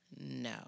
No